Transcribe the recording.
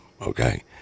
Okay